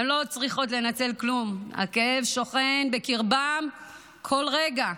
הן לא צריכות לנצל כלום, הכאב שוכן בקרבן כל רגע,